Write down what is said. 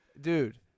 Dude